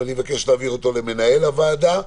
אני מבקש להעביר אותם למנהל הוועדה.